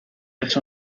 eso